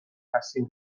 هستیم